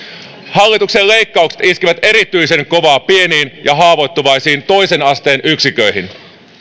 hallituksen leikkaukset iskevät erityisen kovaa pieniin ja haavoittuvaisiin toisen asteen yksiköihin